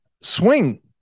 swing